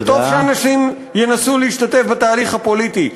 זה טוב שאנשים ינסו להשתתף בתהליך הפוליטי,